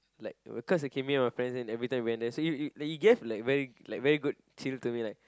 like because I came here with my friends then everytime when there so it it like you gave like very like very good chill to me like